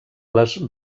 les